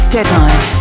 Deadline